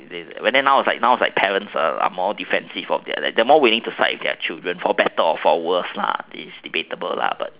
and then now is like parent are more defensive they are more willing to side with their children for better or for worse lah is debatable lah